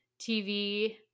TV